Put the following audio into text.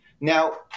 Now